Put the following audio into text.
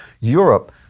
Europe